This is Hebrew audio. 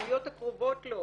דמויות הקרובות לו,